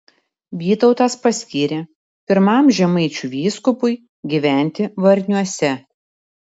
vytautas paskyrė pirmam žemaičių vyskupui gyventi varniuose